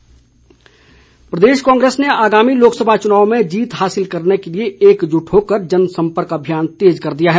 कांग्रेस प्रदेश कांग्रेस ने आगामी लोकसभा चुनाव में जीत हासिल करने के लिए एकजुट होकर जनसमंपर्क अभियान तेज कर दिया है